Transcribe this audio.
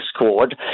Discord